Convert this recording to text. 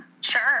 Sure